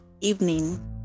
evening